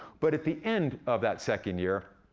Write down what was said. but at the end of that second year,